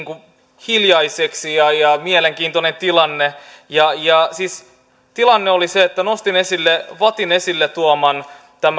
kuin hiljaiseksi mielenkiintoinen tilanne siis tilanne oli se että nostin esille tämän vattin esille tuoman